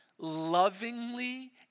lovingly